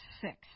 six